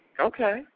Okay